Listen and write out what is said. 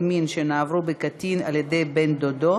מין שנעברו בקטין על-ידי בן-דודו),